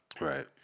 Right